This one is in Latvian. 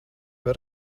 var